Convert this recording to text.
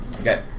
Okay